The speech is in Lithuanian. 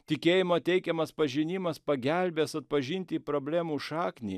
tikėjimo teikiamas pažinimas pagelbės atpažinti problemų šaknį